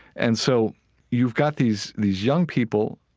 and so you've got these these young people,